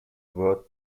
word